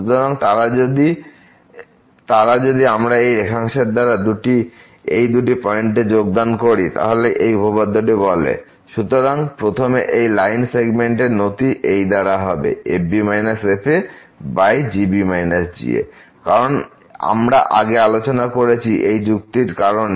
সুতরাং তারা যদি আমরা এই রেখাংশ দ্বারা এই দুটি পয়েন্টে যোগদান করি তাহলে এই উপপাদ্যটি বলে সুতরাং প্রথমে এই লাইন সেগমেন্টের নতি এই দ্বারা দেওয়া হবে fb f g b g কারণ আমরা আগে আলোচনা করেছি একই যুক্তির কারণে